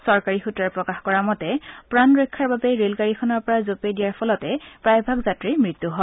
চৰকাৰী সূত্ৰই প্ৰকাশ কৰা মতে প্ৰাণ ৰক্ষাৰ বাবে ৰেলগাড়ীখনৰ পৰা জপিয়াই দিয়াৰ ফলতে প্ৰায়ভাগ যাত্ৰীৰ মৃত্যু হয়